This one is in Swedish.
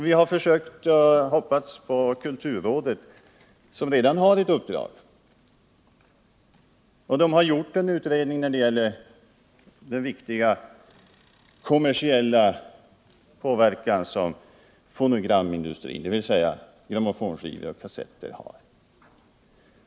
Vi hade hoppats på kulturrådet, som redan har ett utredningsuppdrag och som har gjort en utredning när det gäller den viktiga kommersiella påverkan som fonogramindustrin, dvs. grammofonskivor och kassetter, har.